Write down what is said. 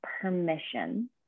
permission